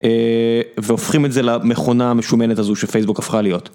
והופכים את זה למכונה המשומנת הזו שפייסבוק הפכה להיות.